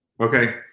Okay